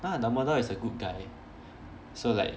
ah dumbledore is a good guy so like